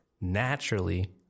naturally